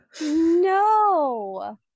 No